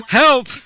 help